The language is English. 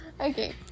Okay